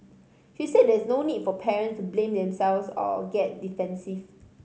she said there is no need for parents to blame themselves or get defensive